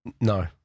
No